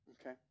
Okay